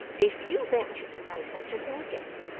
if you venture to say such a thing again,